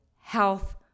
health